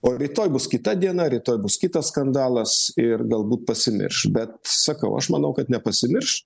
o rytoj bus kita diena rytoj bus kitas skandalas ir galbūt pasimirš bet sakau aš manau kad nepasimirš